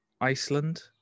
Iceland